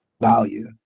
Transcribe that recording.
value